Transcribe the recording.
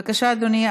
בבקשה, אדוני.